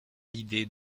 l’idée